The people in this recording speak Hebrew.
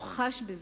חש בזה,